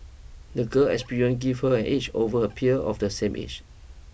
the girl experience gave her an edge over her peer of the same age